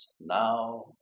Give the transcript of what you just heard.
now